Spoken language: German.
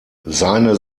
seine